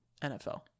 NFL